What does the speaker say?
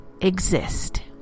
exist